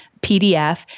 PDF